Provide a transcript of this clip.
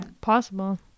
Possible